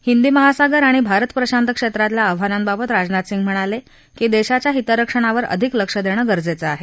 हिंदी महासागर आणि भारत प्रशांत क्षेत्रातल्या आव्हानांबाबत राजनाथ सिंग म्हणाले की देशाच्या हितरक्षणावर अधिक लक्ष देणं गरजेचं आहे